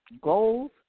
goals